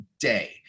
day